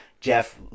Jeff